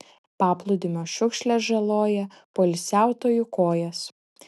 paplūdimio šiukšlės žaloja poilsiautojų kojas